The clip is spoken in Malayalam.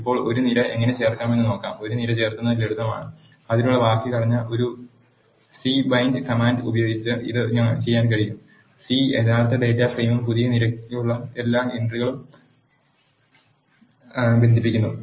ഇപ്പോൾ ഒരു നിര എങ്ങനെ ചേർക്കാമെന്ന് നോക്കാം ഒരു നിര ചേർക്കുന്നത് ലളിതമാണ് അതിനുള്ള വാക്യഘടന ഒരു സി ബൈൻഡ് കമാൻഡ് ഉപയോഗിച്ച് ഇത് ചെയ്യാൻ കഴിയും c യഥാർത്ഥ ഡാറ്റാ ഫ്രെയിമും പുതിയ നിരയ്ക്കുള്ള എൻ ട്രികളും ബന്ധിപ്പിക്കുക